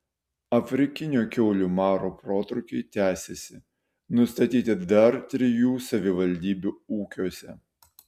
afrikinio kiaulių maro protrūkiai tęsiasi nustatyti dar trijų savivaldybių ūkiuose